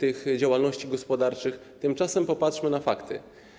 tych działalności gospodarczych, tymczasem popatrzmy na fakty.